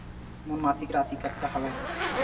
मोर मासिक राशि कतका हवय?